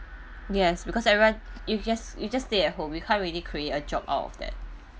yes because everyone you just you just stay at home we can't really create a job out of that